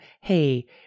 hey